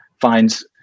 finds